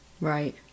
Right